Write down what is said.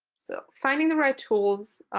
so finding the right tools,